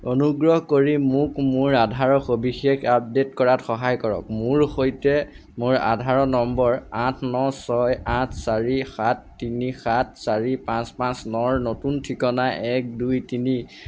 অনুগ্ৰহ কৰি মোক মোৰ আধাৰৰ সবিশেষ আপডে'ট কৰাত সহায় কৰক মোৰ সৈতে মোৰ আধাৰ নম্বৰ আঠ ন ছয় আঠ চাৰি সাত তিনি সাত চাৰি পাঁচ পাঁচ ন নতুন ঠিকনা এক দুই তিনি